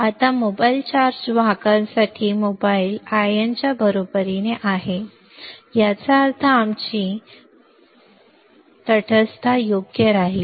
आता mobile charge वाहकासाठी mobile आयनांच्या बरोबरीने आहे याचा अर्थ आमची शुल्क तटस्थता योग्य राहील